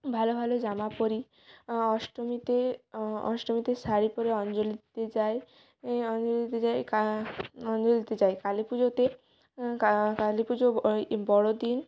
ভালো ভালো জামা পরি অষ্টমীতে অষ্টমীতে শাড়ি পরে অঞ্জলি দিতে যাই এই অঞ্জলি দিতে যাই অঞ্জলি দিতে যাই কালী পুজোতে কালী পুজো এই বড়দিন